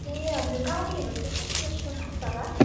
ए हजुर गाडीहरू खोइ कतिजस्तो लाग्छ होला